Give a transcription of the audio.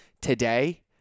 Today